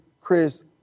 Chris